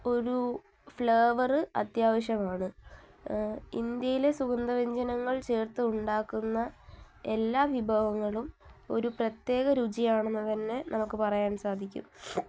ഒരു ഫ്ലേവറ് അത്യാവശ്യമാണ് ഇന്ത്യയിലെ സുഗന്ധവ്യഞ്ജനങ്ങൾ ചേർത്ത് ഉണ്ടാക്കുന്ന എല്ലാ വിഭവങ്ങളും ഒരു പ്രത്യേക രുചിയാണെന്നുതന്നെ നമുക്ക് പറയാൻ സാധിക്കും